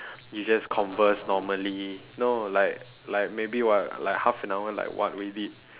you just converse normally no like like maybe what like half an hour like what we did